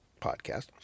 podcast